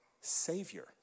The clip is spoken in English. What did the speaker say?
Savior